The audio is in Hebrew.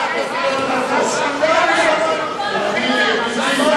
אני שמעתי